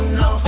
no